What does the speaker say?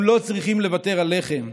הם לא צריכים לוותר על לחם,